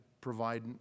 provide